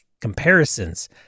comparisons